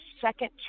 second